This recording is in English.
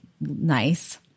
nice